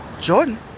Jordan